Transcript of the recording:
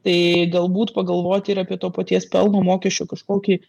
tai galbūt pagalvoti ir apie to paties pelno mokesčio kažkokį